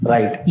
Right